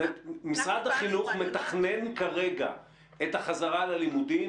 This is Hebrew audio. משרד החינוך מתכנן כרגע את החזרה ללימודים